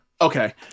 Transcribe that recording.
Okay